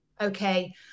Okay